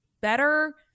better